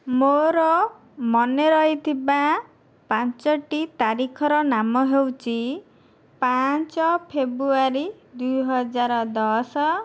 ମୋର ମନେ ରହିଥିବା ପାଞ୍ଚଟି ତାରିଖର ନାମ ହେଉଛି ପାଞ୍ଚ ଫେବୃଆରୀ ଦୁଇହଜାର ଦଶ